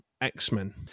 X-Men